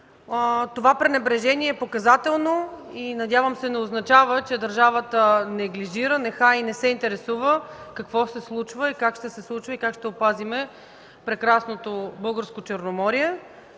Това пренебрежение е показателно! Надявам се не означава, че държавата неглижира, нехае и не се интересува какво се случва, как ще се случва и как ще опазим прекрасното българско Черноморие.